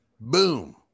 Boom